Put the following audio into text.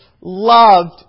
loved